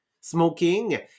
Smoking